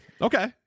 Okay